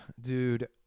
dude